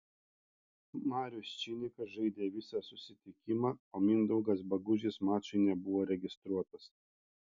marius činikas žaidė visą susitikimą o mindaugas bagužis mačui nebuvo registruotas